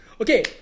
Okay